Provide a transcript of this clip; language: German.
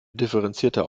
differenzierter